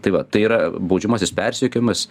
tai va tai yra baudžiamasis persekiojimas